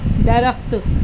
درخت